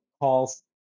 calls